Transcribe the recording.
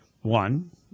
One